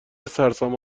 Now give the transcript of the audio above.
سرسام